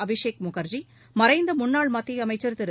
அபிஷேக் முகர்ஜி மறைந்த முன்னாள் மத்திய அமைச்சர் திரு